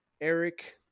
Eric